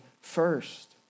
first